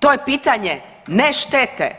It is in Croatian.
To je pitanje ne štete